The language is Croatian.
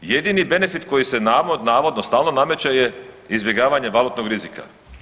Jedini benefit koji se navodno stalno nameće je izbjegavanje valutnog rizika.